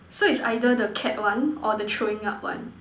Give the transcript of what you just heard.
so is either the cat one or the throwing up one